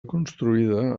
construïda